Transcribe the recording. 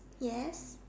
yes